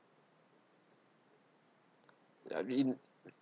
you are in